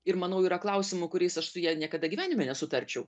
ir manau yra klausimų kuriais aš su ja niekada gyvenime nesutarčiau